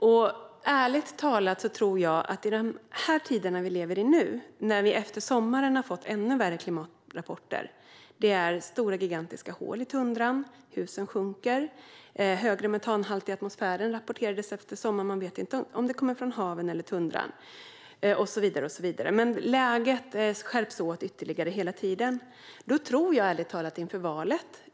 Efter sommaren har vi fått ännu värre klimatrapporter: Det är gigantiska hål i tundran, husen sjunker, högre metanhalt i atmosfären rapporterades efter sommaren - man vet inte om det kommer från haven eller tundran - och så vidare. Läget skärps ytterligare hela tiden.